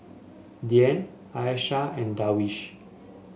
Dian Aishah and Darwish